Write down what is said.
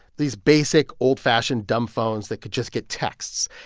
these basic, old-fashioned dumb phones that could just get texts.